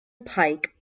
pike